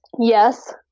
yes